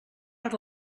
per